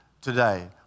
today